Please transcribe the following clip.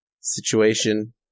situation